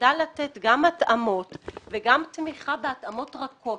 ושתדע לתת גם התאמות וגם תמיכה בהתאמות רכות.